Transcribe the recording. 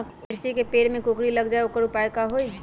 मिर्ची के पेड़ में कोकरी लग जाये त वोकर उपाय का होई?